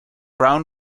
brown